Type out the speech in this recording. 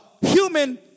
human